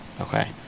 Okay